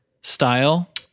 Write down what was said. style